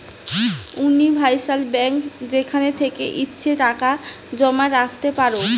universal bank যেখান থেকে ইচ্ছে টাকা জমা রাখতে পারো